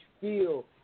feel